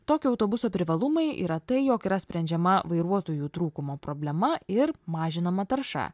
tokio autobuso privalumai yra tai jog yra sprendžiama vairuotojų trūkumo problema ir mažinama tarša